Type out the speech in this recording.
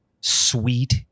sweet